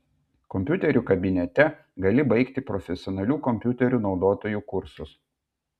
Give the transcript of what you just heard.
kompiuterių kabinete gali baigti profesionalių kompiuterių naudotojų kursus